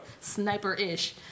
Sniper-ish